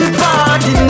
party